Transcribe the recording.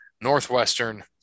Northwestern